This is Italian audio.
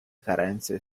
carenze